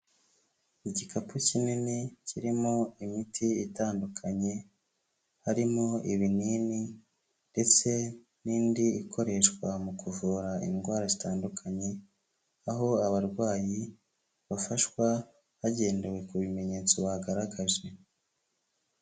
Igikapu kinini kirimo imiti itandukanye, harimo ibinini ndetse n'indi ikoreshwa mu kuvura indwara zitandukanye, aho abarwayi bafashwa hagendewe ku bimenyetso bagaragaje.